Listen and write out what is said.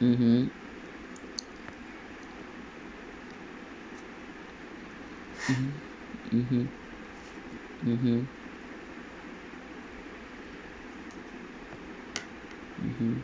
mmhmm mmhmm mmhmm mmhmm mmhmm